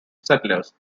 settlers